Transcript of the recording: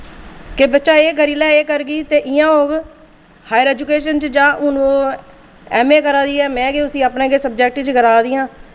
के बच्चा एह् करी लै एह् करगी ते इयां होग हायर एजुकेशन च जा हून ओ ऐम्म ए करा दी ऐ में गै उस्सी अपने गै सब्जेक्ट च कराऽ नी आं